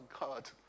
God